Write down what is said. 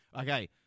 Okay